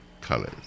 colors